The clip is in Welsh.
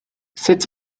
sut